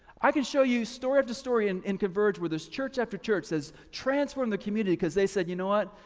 i can show you story after story and in converge where there's church after church has transformed the community because they said, you know what?